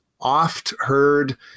oft-heard